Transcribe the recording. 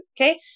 Okay